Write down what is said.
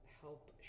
help